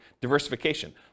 diversification